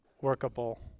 workable